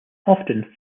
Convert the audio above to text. often